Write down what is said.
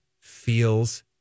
feels